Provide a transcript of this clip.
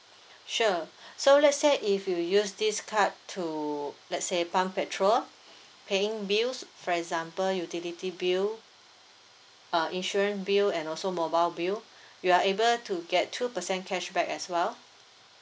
sure so let's say if you use this card to let's say pump petrol paying bills for example utility bill uh insurance bill and also mobile bill you are able to get two percent cashback as well